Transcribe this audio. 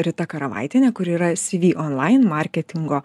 rita karavaitienė kuri yra cv online marketingo